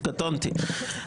קטונתי.